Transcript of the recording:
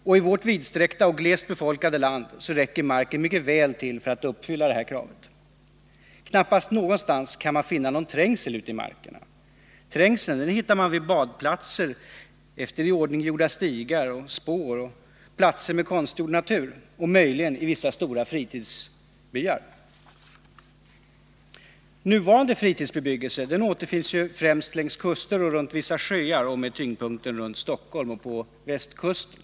I vårt vidsträckta och glest befolkade land räcker marken mycket väl till för att uppfylla detta krav. Knappast någonstans kan man finna någon trängsel ute i markerna. Trängseln hittar man vid badplatser, efter iordninggjorda stigar, spår. platser med ”konstgjord natur” och möjligen i vissa stora fritidsbyar. Nr 49 Den nuvarande fritidsbebyggelsen återfinns främst längs kuster och runt — Tisdagen den vissa sjöar och med tyngpunkten runt Stockholm och på västkusten.